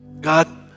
God